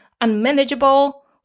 unmanageable